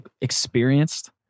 experienced